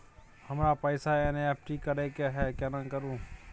हमरा पैसा एन.ई.एफ.टी करे के है केना करू?